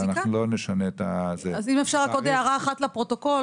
ואנחנו לא נשנה את --- אם אפשר רק עוד הערה אחת לפרוטוקול.